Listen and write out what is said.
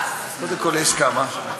קודם כול יש כמה.